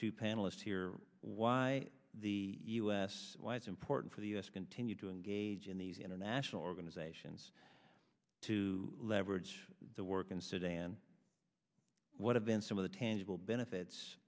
two panelists here why the u s why it's important for the u s continue to engage in these international organizations to leverage the work in sudan what have been some of the tangible benefits